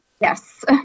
Yes